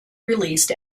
released